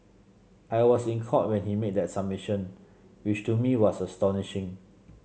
I was in Court when he made that submission which to me was astonishing